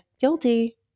guilty